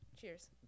Cheers